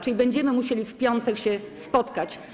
Czyli będziemy musieli w piątek się spotkać.